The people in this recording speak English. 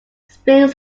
springs